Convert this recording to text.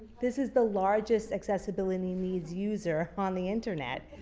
this is the largest accessibility needs user on the internet,